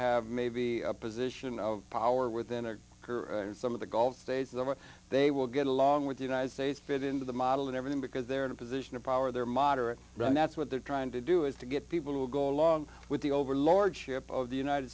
have maybe a position of power within their current some of the gulf states that they will get along with the united states fit into the model and everything because they're in a position of power they're moderate run that's what they're trying to do is to get people to go along with the overlordship of the united